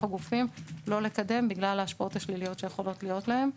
הגופים לא לקדם בגלל ההשפעות השליליות שיכולות להיות להם.